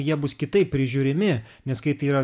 jie bus kitaip prižiūrimi nes kai tai yra